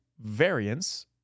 variance